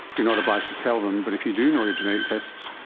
you're not obliged to tell them, but if you do know your genetic tests,